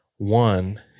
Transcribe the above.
One